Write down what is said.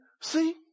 see